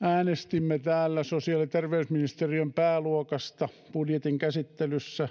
äänestimme täällä sosiaali ja terveysministeriön pääluokasta budjetin käsittelyssä